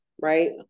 right